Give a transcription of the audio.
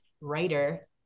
writer